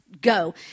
go